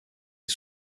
est